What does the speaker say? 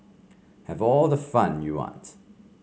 have all the fun you want